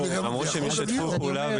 הוא אמר שזה יכול להיגמר.